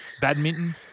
badminton